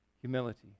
Humility